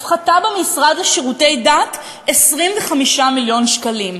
הפחתה במשרד לשירותי דת 25 מיליון שקלים,